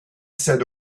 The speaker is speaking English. said